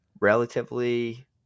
relatively